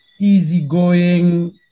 easygoing